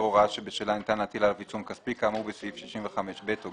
הוראה שבשלה ניתן להטיל עליו עיצום כספי כאמור בסעיף 65(ב) או